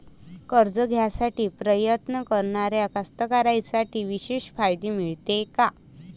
कर्ज घ्यासाठी प्रयत्न करणाऱ्या कास्तकाराइसाठी विशेष फायदे मिळते का?